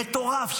המטורף שלו,